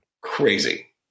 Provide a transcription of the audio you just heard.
crazy